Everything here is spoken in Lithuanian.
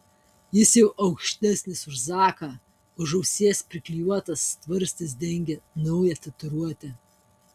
jis jau aukštesnis už zaką už ausies priklijuotas tvarstis dengia naują tatuiruotę